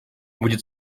будет